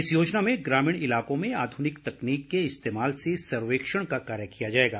इस योजना में ग्रामीण इलाकों में आध्निक तकनीक के इस्तेमाल से सर्वेक्षण का कार्य किया जाएगा